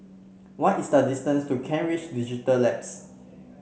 what is the distance to Kent Ridge Digital Labs